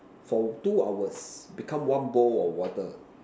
for two hours become one bowl of water